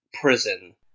prison